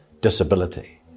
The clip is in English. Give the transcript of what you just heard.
disability